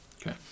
Okay